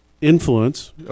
influence